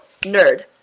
nerd